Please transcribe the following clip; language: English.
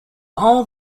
all